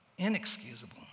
inexcusable